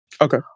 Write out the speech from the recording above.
Okay